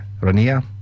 Rania